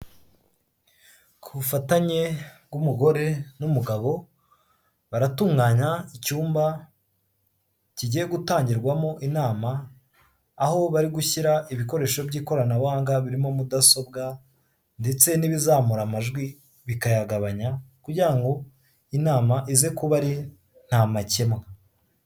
Ku bufatanye bw'umugore, n'umugabo, baratunganya icyumba, kigiye gutangirwamo inama, aho bari gushyira ibikoresho by'ikoranabuhanga birimo mudasobwa, ndetse n'ibizamura amajwi bikayagabanya kugira ngo inama ize kuba ari nta makemwa.